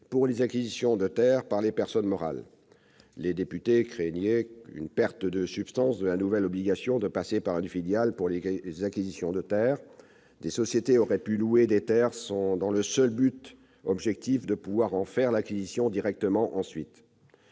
pour les acquisitions de terres par les personnes morales. Les députés craignaient une perte de substance de la nouvelle obligation de passer par une filiale pour des acquisitions de terres : des sociétés auraient pu louer des terres à seule fin de pouvoir en faire l'acquisition directement ensuite.